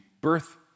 birth